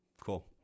Cool